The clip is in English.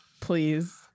Please